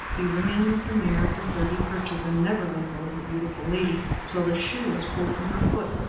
he ran with the mare for thirty perches, and never let go of the beautiful lady till the shoe was pulled from her foot,